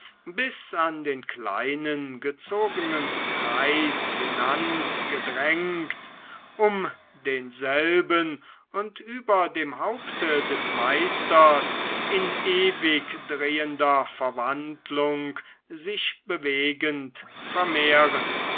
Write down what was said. bis an den kleinen gezogenen kreis hinangedrängt um denselben und über dem haupte des meisters in ewig drehender verwandlung sich bewegend vermehren